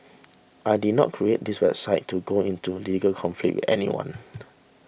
I did not create this website to go into legal conflict with anyone